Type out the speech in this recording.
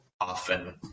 often